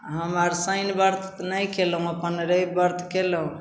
हम आर शनि वर्त नहि कएलहुँ अपन रवि वर्त कएलहुँ